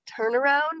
turnaround